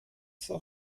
zur